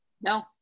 No